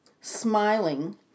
smiling